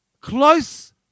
close